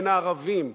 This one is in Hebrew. בין הערבים,